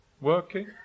working